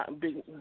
big